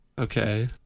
okay